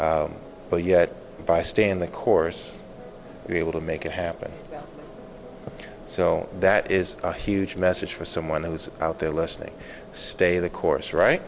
but yet by staying the course be able to make it happen so that is a huge message for someone who's out there listening stay the course right